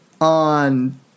on